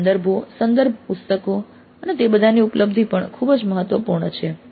સંદર્ભો સંદર્ભ પુસ્તકો અને તે બધાની ઉપલબ્ધી પણ ખૂબ જ મહત્વપૂર્ણ છે